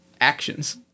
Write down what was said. actions